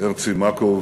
הרצי מקוב